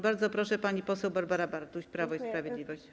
Bardzo proszę, pani poseł Barbara Bartuś, Prawo i Sprawiedliwość.